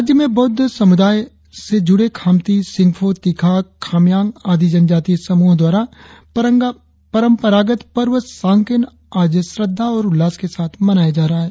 राज्य में बौद्ध समुदाय से जुड़े खाम्ति सिंगफो तिखाक खामयांग आदि जनजातीय समूहों द्वारा परंपरागत पर्व सांकेन आज श्रद्दा और उल्लास के साथ मनाया जा रहा है